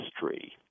history